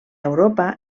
europa